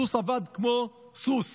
הסוס עבד כמו סוס,